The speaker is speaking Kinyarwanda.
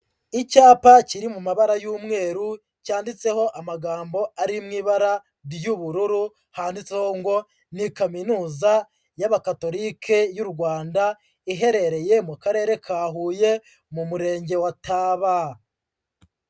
Icyapa kiri mu mabara y'umweru cyanditseho amagambo ari mu ibara ry'ubururu, handitseho ngo ni Kaminuza y'Abakatolike y'u Rwanda iherereye mu Karere ka Huye mu Murenge wa Taba.